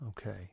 Okay